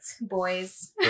boys